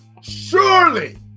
surely